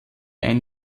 ein